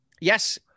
Yes